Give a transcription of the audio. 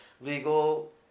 legal